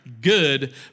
good